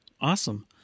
Awesome